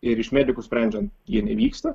ir iš medikų sprendžiant jie nevyksta